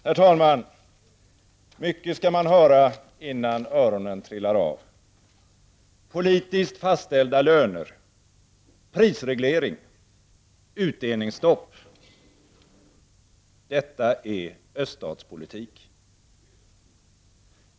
Herr talman! Mycket skall man höra innan öronen trillar av. Politiskt fastställda löner. Prisreglering. Utdelningsstopp. Detta är öststatspolitik!